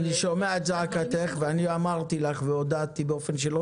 אני שומע את זעקתך ואני אמרתי לך והודעתי באופן שלא